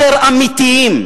יותר אמיתיים.